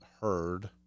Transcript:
heard